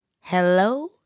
Hello